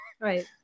Right